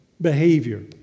behavior